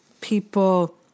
people